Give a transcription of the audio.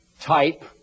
type